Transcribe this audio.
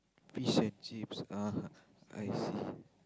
fish and chips ah I see